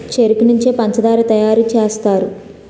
చెరుకు నుంచే పంచదార తయారు సేస్తారు